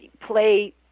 play